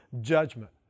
judgment